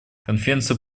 конференция